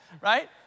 right